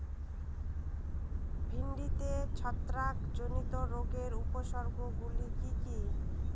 ভিন্ডিতে ছত্রাক জনিত রোগের উপসর্গ গুলি কি কী?